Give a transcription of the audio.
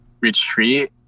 retreat